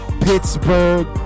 Pittsburgh